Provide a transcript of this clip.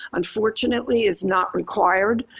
unfortunately, is not required.